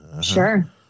Sure